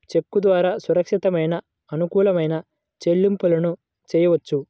చెక్కు ద్వారా సురక్షితమైన, అనుకూలమైన చెల్లింపులను చెయ్యొచ్చు